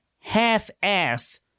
half-ass